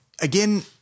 again